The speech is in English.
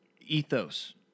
ethos